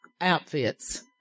outfits